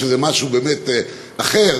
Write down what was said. שזה משהו באמת אחר,